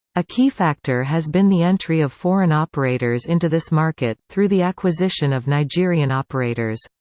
a key factor has been the entry of foreign operators into this market, through the acquisition of nigerian operators.